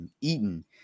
eaten